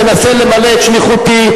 מנסה למלא את שליחותי,